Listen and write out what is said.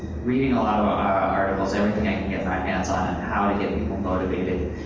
reading a lot of articles, everything i can get my hands on and how to get people motivated,